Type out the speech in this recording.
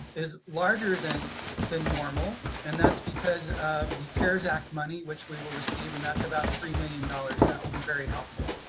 is larger than than normal, and that's because of the cares act money which we will receive and that's about three million dollars, and that will be very helpful.